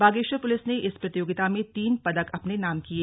Bageshwar police ने इस प्रतियोगिता में तीन पदक अपने नाम किए